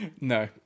No